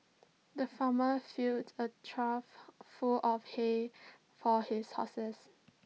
the farmer filled A trough full of hay for his horses